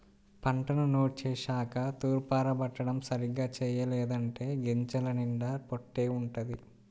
పంటను నూర్చేశాక తూర్పారబట్టడం సరిగ్గా చెయ్యలేదంటే గింజల నిండా పొట్టే వుంటది